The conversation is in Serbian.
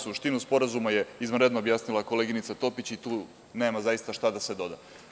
Suštinu sporazuma je izvanredno objasnila koleginica Topić i tu nema zaista šta da se doda.